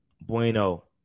bueno